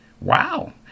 Wow